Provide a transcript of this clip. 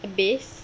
base